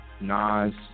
Nas